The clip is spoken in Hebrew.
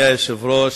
אדוני היושב-ראש,